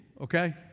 okay